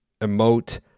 emote